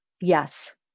Yes